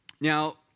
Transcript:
Now